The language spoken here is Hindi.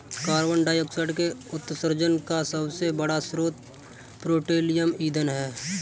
कार्बन डाइऑक्साइड के उत्सर्जन का सबसे बड़ा स्रोत पेट्रोलियम ईंधन है